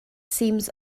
seems